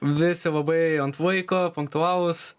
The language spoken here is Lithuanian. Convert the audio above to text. visi labai ant laiko punktualūs